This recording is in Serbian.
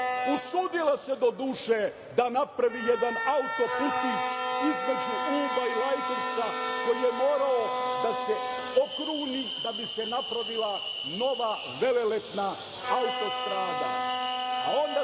Usudila se, doduše, da napravi jedan autoputić između Uba i Lajkovca, koji je morao da se okruni da bi se napravila nova velelepna autostrada. Onda